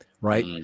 right